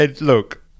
Look